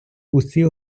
усі